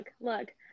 look